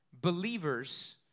believers